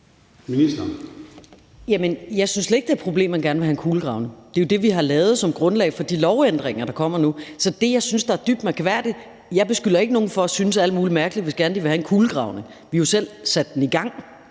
det er et problem, at man gerne vil have en kulegravning. Det er jo det, vi har lavet som grundlag for de lovændringer, der kommer nu. Jeg synes, det er dybt mærkværdigt med endnu en kulegravning. Jeg beskylder ikke nogen for at synes alt muligt mærkeligt, hvis gerne de vil have en kulegravning, for vi har jo selv sat den i gang,